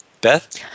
Beth